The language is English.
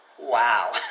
Wow